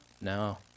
No